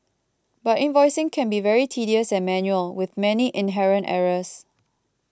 but invoicing can be very tedious and manual with many inherent errors